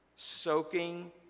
soaking